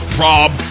Rob